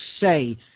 say